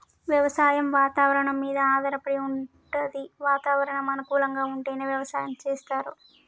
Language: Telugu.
వ్యవసాయం వాతవరణం మీద ఆధారపడి వుంటది వాతావరణం అనుకూలంగా ఉంటేనే వ్యవసాయం చేస్తరు